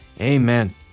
Amen